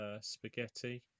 spaghetti